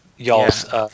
Y'all's